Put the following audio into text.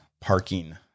parking